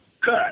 cut